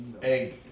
Hey